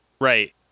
right